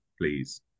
please